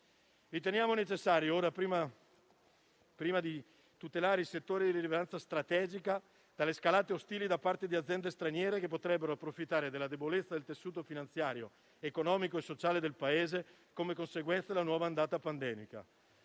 Riteniamo necessario tutelare i settori di rilevanza strategica dalle scalate ostili da parte di aziende straniere che potrebbero approfittare della debolezza del tessuto finanziario, economico e sociale del Paese come conseguenza della nuova ondata pandemica.